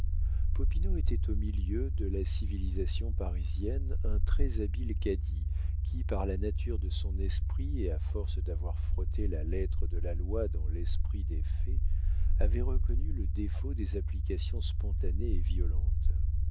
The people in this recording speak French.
popinot était au milieu de la civilisation parisienne un très-habile cadi qui par la nature de son esprit et à force d'avoir frotté la lettre de la loi dans l'esprit des faits avait reconnu le défaut des applications spontanées et violentes